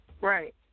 Right